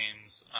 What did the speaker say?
games